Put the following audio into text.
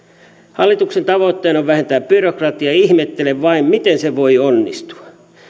hallituksen tavoitteena on vähentää byrokratiaa ihmettelen vain miten se voi onnistua